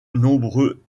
nombreux